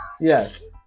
Yes